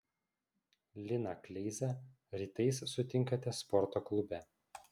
liną kleizą rytais sutinkate sporto klube